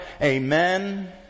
Amen